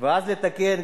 ואז לתקן,